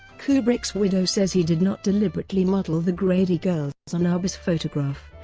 kubrick's widow says he did not deliberately model the grady girls on arbus' photograph,